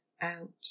out